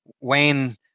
Wayne